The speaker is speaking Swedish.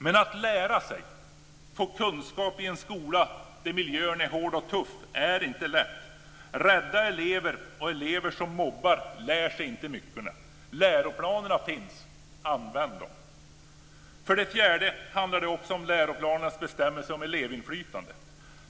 Men att lära sig, få kunskap i en skola där miljön är hård och tuff är inte lätt. Rädda elever och elever som mobbar lär sig inte mycket. Läroplanerna finns - använd dem! För det fjärde handlar det också om läroplanernas bestämmelser om elevinflytande.